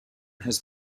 has